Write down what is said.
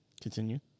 Continue